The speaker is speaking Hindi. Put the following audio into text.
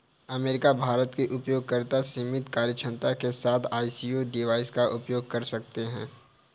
अमेरिका, भारत के उपयोगकर्ता सीमित कार्यक्षमता के साथ आई.ओ.एस डिवाइस का उपयोग कर सकते हैं